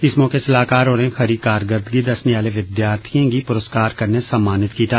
इस मौके सलाहकार होरें खरी कारकरदगी दस्सने आहले विद्यार्थियें गी पुरस्कार कन्नै सम्मानित कीता